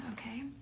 okay